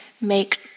make